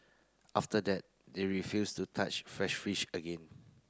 after that they refuse to touch fresh fish again